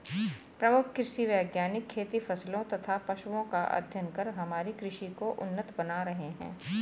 प्रमुख कृषि वैज्ञानिक खेती फसलों तथा पशुओं का अध्ययन कर हमारी कृषि को उन्नत बना रहे हैं